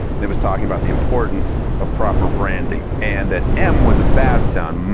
and it was talking about the importance of proper branding. and that m was a bad sound. muh.